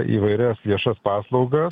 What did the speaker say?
įvairias viešas paslauga